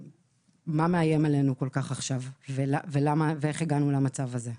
מה מאיים עלינו ואיך הגענו למצב הזה.